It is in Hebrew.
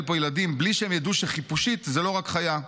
פה ילדים בלי שהם ידעו שחיפושית זה לא רק חיה.